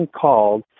called